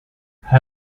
hij